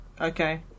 Okay